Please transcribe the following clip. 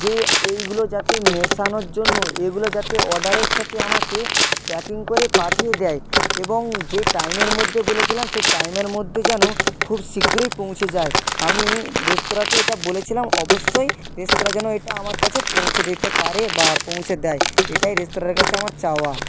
যে এইগুলো যাতে মেশানোর জন্য এইগুলো যাতে অর্ডারের সাতে আমাকে প্যাকিং করে পাঠিয়ে দেয় এবং যে টাইমের মধ্যে বলেছিলাম সে টাইমের মধ্যে যেন খুব শীগ্রই পৌঁছে যায় আমি রেস্তোরাঁকে এটা বলেছিলাম অবশ্যই রেস্তোরাঁ যেন এটা আমার কাছে পৌঁছে দিতে পারে বা পৌঁছে দেয় এটাই রেস্তোরাঁর কাছে আমার চাওয়া